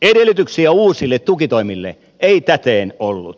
edellytyksiä uusille tukitoimille ei täten ollut